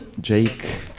Jake